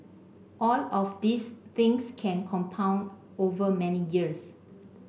all of these things can compound over many years